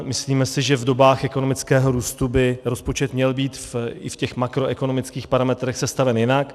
Myslíme si, že v dobách ekonomického růstu by rozpočet měl být i v makroekonomických parametrech sestaven jinak.